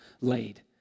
laid